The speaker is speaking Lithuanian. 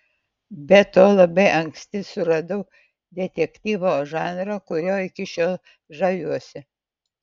be to labai anksti suradau detektyvo žanrą kuriuo iki šiol žaviuosi